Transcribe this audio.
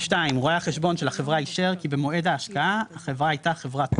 רואה החשבון של החברה אישר כי במועד ההשקעה החברה הייתה חברת מו"פ,